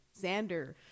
Xander